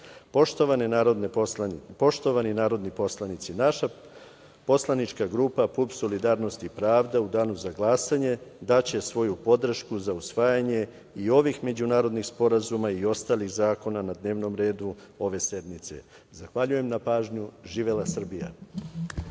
odnose. Poštovani narodni poslanici, naša poslanička grupa PUPS – Solidarnost i pravda, u danu za glasanje daće svoju podršku za usvajanje i ovih međunarodnih sporazuma i ostalih zakona na dnevnom redu ove sednice. Zahvaljujem na pažnji. Živela Srbija.